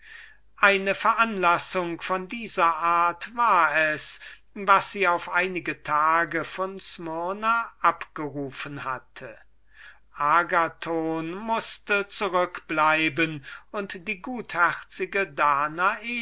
eine veranlassung von dieser art wovon die umstände mit unsrer geschichte in keiner beziehung stehen hatte sie auf einige tage von smyrna abgerufen agathon mußte zurückbleiben und die gutherzige danae